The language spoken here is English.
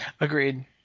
Agreed